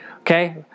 Okay